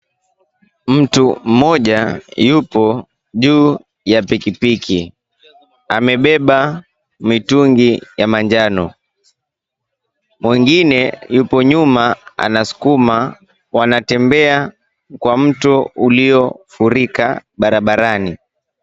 Mtu mmoja yupo juu ya pikipiki, amebeba mitungi ya manjano, mwingine yupo nyuma anaskuma, wanatembea kwa mto uliofurika barabarani.